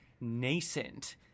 nascent